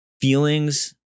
feelings